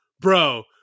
bro